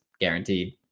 guaranteed